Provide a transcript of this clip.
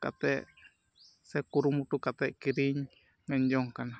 ᱠᱟᱛᱮᱫ ᱥᱮ ᱠᱩᱨᱩᱢᱩᱴᱩ ᱠᱟᱛᱮᱫ ᱠᱤᱨᱤᱧ ᱢᱮᱱ ᱡᱚᱝ ᱠᱟᱱᱟ